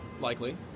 likely